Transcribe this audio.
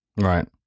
Right